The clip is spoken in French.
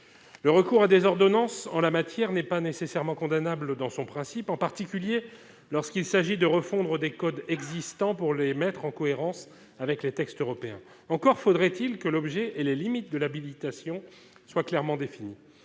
le recours à des ordonnances en la matière n'est pas nécessairement condamnable dans son principe, en particulier lorsqu'il s'agit de refondre des codes existants pour les mettre en cohérence avec les textes européens, encore faudrait-il que l'objet et les limites de l'habilitation soient clairement définies